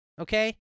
okay